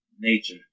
nature